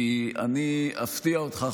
כי אני אפתיע אותך,